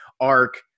arc